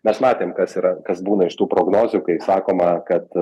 mes matėm kas yra kas būna iš tų prognozių kai sakoma kad